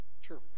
Sure